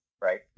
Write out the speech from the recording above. right